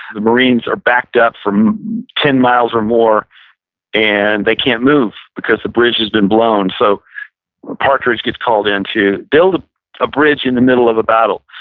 the marines are backed up for ten miles or more and they can't move because the bridge has been blown. so partridge gets called in to build a ah bridge in the middle of a battle.